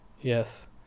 Yes